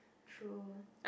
true